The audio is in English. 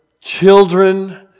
children